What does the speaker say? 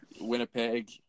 Winnipeg